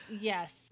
Yes